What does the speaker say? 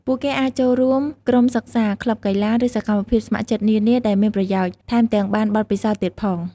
ពួកគេអាចចូលរួមក្រុមសិក្សា ក្លឹបកីឡា ឬសកម្មភាពស្ម័គ្រចិត្តនានាដែលមានប្រយោជន៍ ថែមទាំងបានបទពិសោធន៍ទៀតផង។